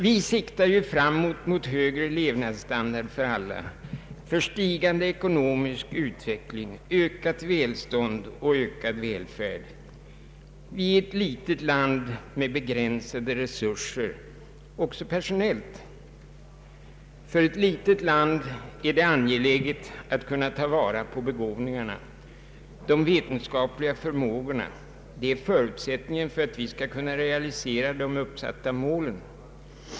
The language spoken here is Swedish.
Vi siktar framåt mot högre levnadsstandard för alla, stigande ekonomisk utveckling, ökat välstånd och ökad välfärd. Vi är ett litet land med begränsade resurser, även personellt sett. För ett litet land är det angeläget att kunna ta vara på begåvningarna, de vetenskapliga förmågorna. Det är förutsättningen för att vi skall kunna realisera de uppsatta målen.